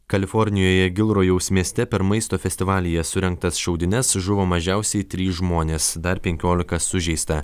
kalifornijoje gilrojaus mieste per maisto festivalyje surengtas šaudynes žuvo mažiausiai trys žmonės dar penkiolika sužeista